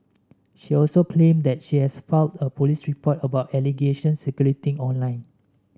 she also claimed that she has filed a police report about allegations circulating online